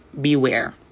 Beware